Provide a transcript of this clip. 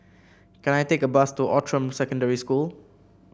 can I take a bus to Outram Secondary School